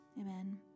amen